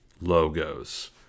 logos